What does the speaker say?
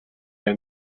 and